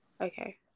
okay